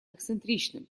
эксцентричным